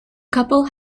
couple